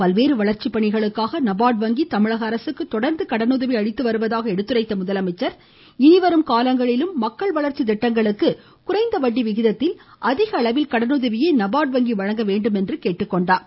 பல்வேறு வளர்ச்சிப் பணிகளுக்காக நபார்டு வங்கி தமிழக அரசுக்கு தொடர்ந்து கடனுதவி அளித்து வருவதாக எடுத்துரைத்த முதலமைச்சர் இனிவரும் காலங்களிலும் மக்கள் வளர்ச்சித் திட்டங்களுக்கு குறைந்த வட்டி விகிதத்தில் அதிகளவில் கடனுதவியை நபார்டு வங்கி வழங்க வேண்டுமென்று கேட்டுக் கொண்டார்